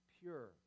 pure